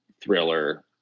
thriller